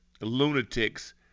Lunatic's